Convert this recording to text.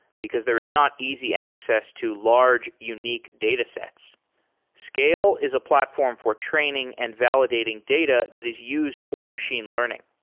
because there is not easy access to large, unique data sets scale is a platform for training and validating data that is used for machine learning.